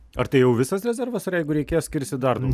ar tai jau visas rezervas ar jeigu reikės skirs dar